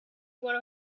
one